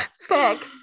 Fuck